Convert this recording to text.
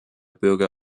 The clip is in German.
bürger